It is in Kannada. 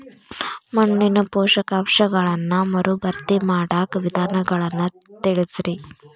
ಮಣ್ಣಿನ ಪೋಷಕಾಂಶಗಳನ್ನ ಮರುಭರ್ತಿ ಮಾಡಾಕ ವಿಧಾನಗಳನ್ನ ತಿಳಸ್ರಿ